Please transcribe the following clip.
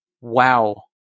Wow